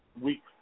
Week